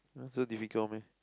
so difficult meh